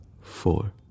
four